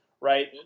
right